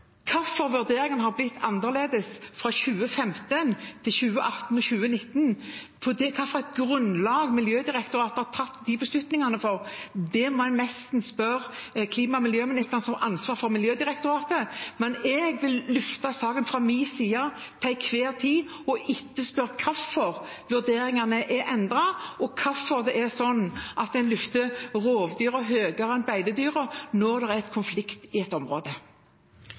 har blitt annerledes fra 2015 til 2018 og 2019, og hvilket grunnlag Miljødirektoratet har tatt de beslutningene på, må en nesten spørre klima- og miljøministeren om, som har ansvaret for Miljødirektoratet. Jeg vil fra min side løfte saken til enhver tid og etterspørre hvorfor vurderingene er endret, og hvorfor det er sånn at en løfter rovdyrene høyere enn beitedyrene når det er konflikt i et område.